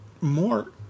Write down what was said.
more